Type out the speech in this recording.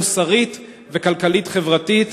מוסרית וכלכלית-חברתית.